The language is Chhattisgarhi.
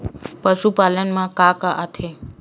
पशुपालन मा का का आथे?